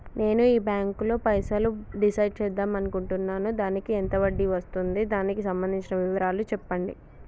నేను ఈ బ్యాంకులో పైసలు డిసైడ్ చేద్దాం అనుకుంటున్నాను దానికి ఎంత వడ్డీ వస్తుంది దానికి సంబంధించిన వివరాలు చెప్పండి?